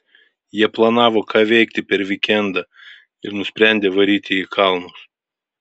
jie planavo ką veikti per vykendą ir nusprendė varyt į kalnus